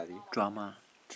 drama